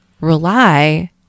rely